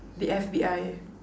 the F_B_I